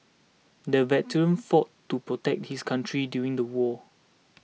the veteran fought to protect his country during the war